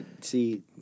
see